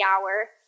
hour